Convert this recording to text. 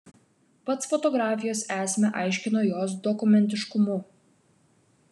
pats fotografijos esmę aiškino jos dokumentiškumu